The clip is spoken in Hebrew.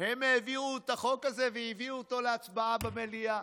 הם העבירו את החוק הזה והביאו אותו להצבעה במליאה.